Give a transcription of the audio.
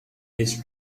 his